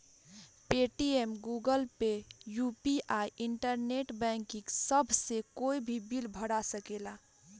Paytm, Google Pay, UPI, internet banking सभ से कोई भी बिल भरा सकेला